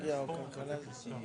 אבל נוכח סד הזמנים